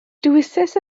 dewisais